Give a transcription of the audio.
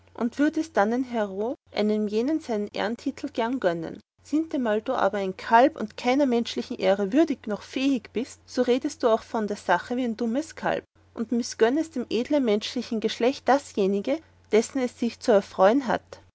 und würdest dannenhero einem jeden seinen ehrentitul gern gönnen sintemal du aber ein kalb und keiner menschlichen ehre würdig noch fähig bist so redest du auch von der sache wie ein dummes kalb und mißgönnest dem edlen menschlichen geschlecht dasjenige dessen es sich zu erfreuen hat